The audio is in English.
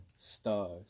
Stars